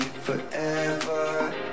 Forever